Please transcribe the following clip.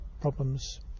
problems